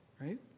right